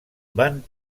van